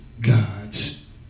God's